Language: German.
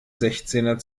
sechzehner